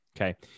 okay